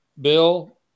bill